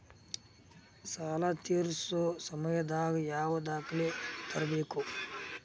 ಸಾಲಾ ತೇರ್ಸೋ ಸಮಯದಾಗ ಯಾವ ದಾಖಲೆ ತರ್ಬೇಕು?